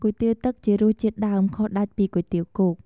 គុយទាវទឹកជារសជាតិដើម ខុសដាច់ពីគុយទាវគោក។